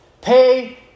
Pay